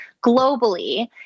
globally